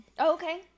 okay